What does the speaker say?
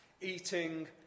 eating